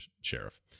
sheriff